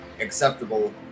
acceptable